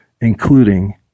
including